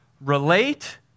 relate